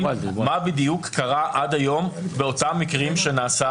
מה בדיוק קרה עד היום באותם מקרים שנעשה